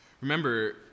Remember